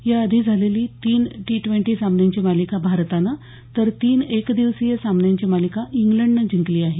याआधी झालेली तीन टी ट्वेंटी सामन्यांची मालिका भारतानं तर तीन एकदिवसीय सामन्यांची मालिका इंग्लंडनं जिंकली आहे